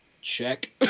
check